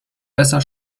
besser